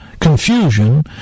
confusion